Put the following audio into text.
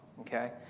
Okay